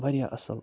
وارِیاہ اصٕل